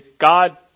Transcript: God